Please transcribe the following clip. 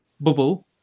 bubble